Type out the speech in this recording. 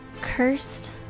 cursed